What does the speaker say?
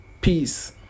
peace